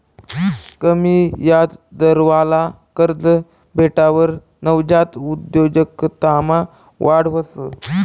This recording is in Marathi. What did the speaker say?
कमी याजदरवाला कर्ज भेटावर नवजात उद्योजकतामा वाढ व्हस